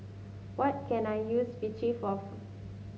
what can I use Vichy for